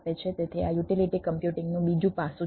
તેથી આ યુટિલિટી કમ્પ્યુટિંગનું બીજું પાસું છે